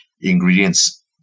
ingredients